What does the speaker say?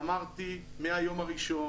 אמרתי מהיום הראשון: